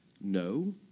No